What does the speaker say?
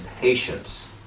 patience